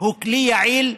הוא כלי יעיל,